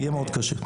יהיה מאוד קשה.